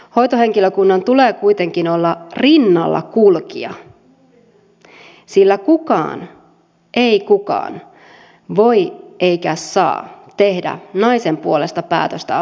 hoitohenkilökunnan tulee kuitenkin olla rinnallakulkija sillä kukaan ei voi eikä kukaan saa tehdä naisen puolesta päätöstä abortista